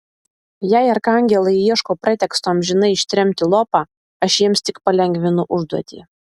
jei arkangelai ieško preteksto amžinai ištremti lopą aš jiems tik palengvinu užduotį